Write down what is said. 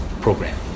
program